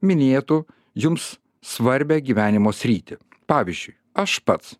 minėtų jums svarbią gyvenimo sritį pavyzdžiui aš pats